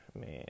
man